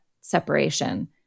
separation